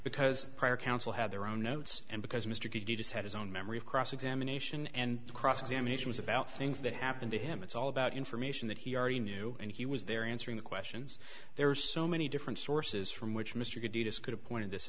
because prior counsel had their own notes and because mr good deeds had his own memory of cross examination and cross examination was about things that happened to him it's all about information that he already knew and he was there answering the questions there are so many different sources from which mr davis could have pointed